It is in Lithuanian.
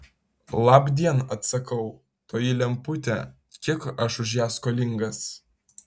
labdien atsakau toji lemputė kiek aš už ją skolingas